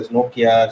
Nokia